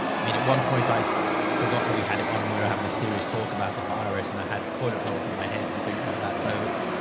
i mean, at one point i forgotten we had it on and we were having a serious talk about the virus and i had toilet rolls on my head and things like that. so it's,